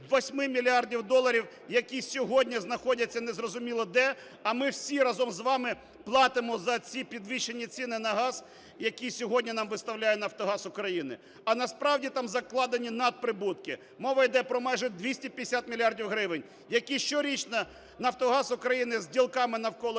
8 мільярдів доларів, які сьогодні знаходяться не зрозуміло де, а ми всі разом з вами платимо за ці підвищені ціни на газ, які сьогодні нам виставляє "Нафтогаз України". А насправді там закладені надприбутки, мова йде про майже 250 мільярдів гривень, які щорічно "Нафтогаз України" з ділками навколо